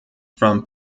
from